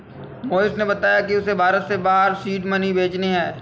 मोहिश ने बताया कि उसे भारत से बाहर सीड मनी भेजने हैं